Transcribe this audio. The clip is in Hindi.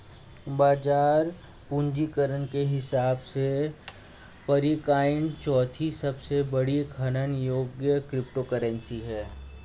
बाजार पूंजीकरण के हिसाब से पीरकॉइन चौथी सबसे बड़ी खनन योग्य क्रिप्टोकरेंसी है